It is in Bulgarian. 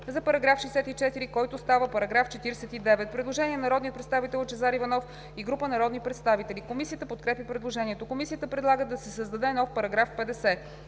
за § 64, който става § 49. Предложение на народния представител Лъчезар Иванов и група народни представители. Комисията подкрепя предложението. Комисията предлага да се създаде нов § 50: „§ 50.